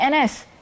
NS